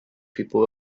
people